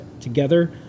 together